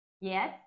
Yes